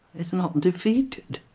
is not defeated.